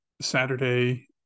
Saturday